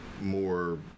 more